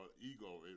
ego